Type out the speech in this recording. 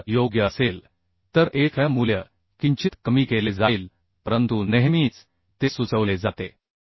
मूल्य योग्य असेल तर Fm मूल्य किंचित कमी केले जाईल परंतु नेहमीच ते सुचवले जाते